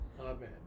Amen